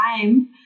time